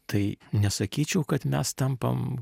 tai nesakyčiau kad mes tampam